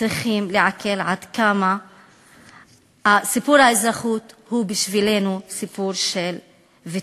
צריכים לעכל עד כמה סיפור האזרחות הוא בשבילנו סיפור של ויתור.